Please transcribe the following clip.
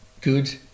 good